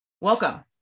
Welcome